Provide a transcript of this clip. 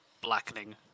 blackening